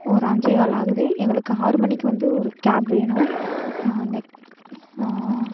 ஒரு அஞ்சேகால் ஆகுது எங்களுக்கு ஆறு மணிக்கு வந்து ஒரு கேப் வேணும் அந்த